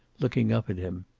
looking up at him.